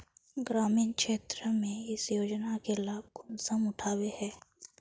ग्रामीण क्षेत्र में इस योजना के लाभ कुंसम उठावे है?